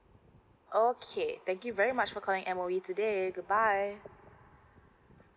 okay thank you very much for calling M_O_E today good bye